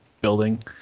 building